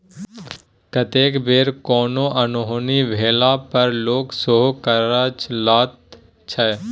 कतेक बेर कोनो अनहोनी भेला पर लोक सेहो करजा लैत छै